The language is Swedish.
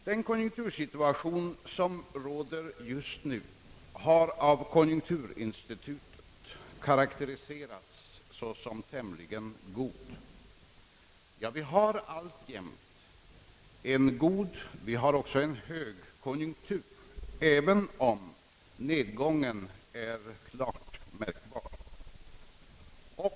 Den konjunktursituation som just nu råder har av konjunkturinstitutet karakteriserats såsom tämligen god. Vi har alltjämt en god och vi har också en hög konjunktur, även om nedgången är klart märkbar.